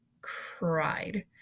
cried